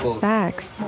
Facts